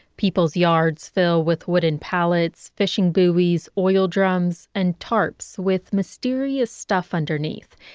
people's yards fill with wooden pallets, fishing buoys, oil drums and tarps with mysterious stuff underneath.